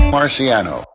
Marciano